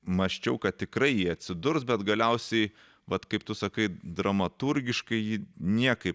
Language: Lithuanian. mąsčiau kad tikrai jie atsidurs bet galiausiai vat kaip tu sakai dramaturgiškai ji niekaip